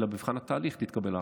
אלא במבחן התהליך תתקבל החלטה.